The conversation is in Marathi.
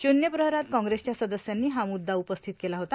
शूल्य प्रहरात काँग्रेसच्या सदस्यांनी हा मुद्दा उपस्थित केला होता